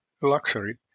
luxury